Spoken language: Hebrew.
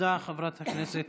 תודה רבה, חברת הכנסת